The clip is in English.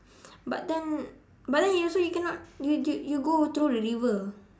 but then but then you also you cannot you you you go through the river